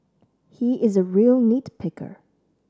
he is a real nit picker